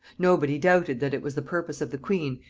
nobody doubted that it was the purpose of the queen,